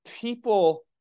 people